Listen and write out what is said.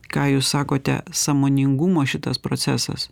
ką jūs sakote sąmoningumo šitas procesas